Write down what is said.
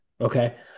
Okay